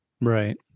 Right